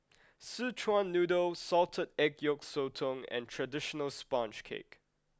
Szechuan noodle salted egg yolk sotong and traditional sponge cake